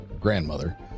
grandmother